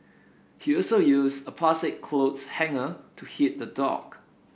he also used a plastic clothes hanger to hit the dog